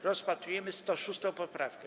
Rozpatrujemy 106. poprawkę.